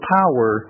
power